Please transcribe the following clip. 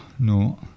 No